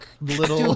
Little